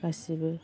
गासैबो